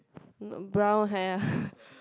not brown hair ah